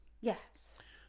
Yes